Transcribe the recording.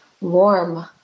warm